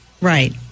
Right